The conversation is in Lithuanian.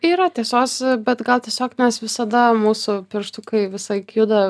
yra tiesos bet gal tiesiog mes visada mūsų pirštukai visalaik juda